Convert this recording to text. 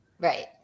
Right